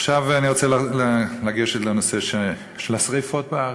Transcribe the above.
עכשיו אני רוצה לגשת לנושא השרפות בארץ,